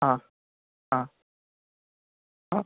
ആ ആ ആ